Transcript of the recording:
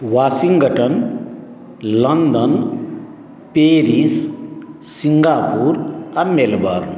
Washington London Paris सिंगापुरआ Melbourne